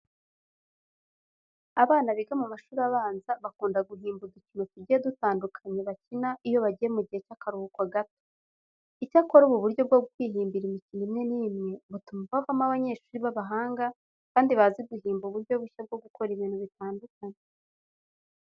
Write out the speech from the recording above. Abana biga mu mashuri abanza bakunda guhimba udukino tugiye dutandukanye bakina iyo bagiye mu gihe cy'akaruhuko gato. Icyakora, ubu buryo bwo kwihimbira imikino imwe n'imwe butuma bavamo abanyeshuri b'abahanga kandi bazi guhimba uburyo bushya bwo gukora ibintu bitandukanye.